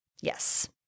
Yes